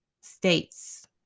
states